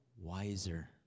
wiser